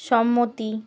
সম্মতি